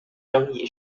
争议